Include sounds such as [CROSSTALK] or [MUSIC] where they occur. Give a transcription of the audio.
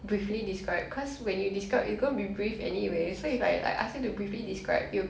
super 减少 you know the number of words you use [BREATH]